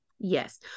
Yes